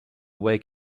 wake